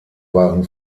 waren